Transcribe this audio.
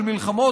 של מלחמות,